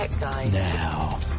Now